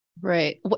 Right